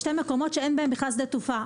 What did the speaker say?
אלה שני מקומות שאין בהם בכלל שדה תעופה.